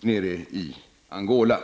nere i Angola.